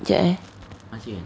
jap eh